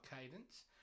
cadence